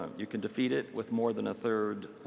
you can defeat it with more than a third,